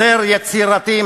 יותר יצירתי,